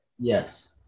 Yes